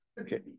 Okay